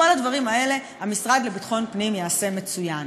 את כל הדברים האלה המשרד לביטחון הפנים יעשה מצוין.